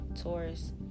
Taurus